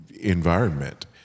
environment